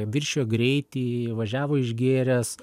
viršijo greitį važiavo išgėręs